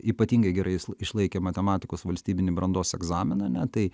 ypatingai gerai išlaikė matematikos valstybinį brandos egzaminą ane tai